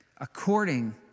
according